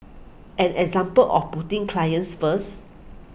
an example of putting clients first